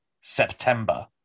September